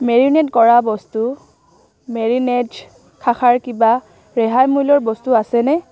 marinate কৰা বস্তু মেৰিনেটছ শাখাৰ কিবা ৰেহাই মূল্যৰ বস্তু আছেনে